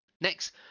Next